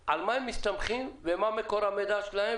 עדיין אפשר לעשות את ההצגה החוזרת גם